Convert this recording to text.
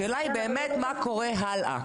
השאלה היא באמת מה קורה הלאה,